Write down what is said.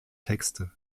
texte